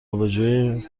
آبجوی